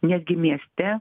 netgi mieste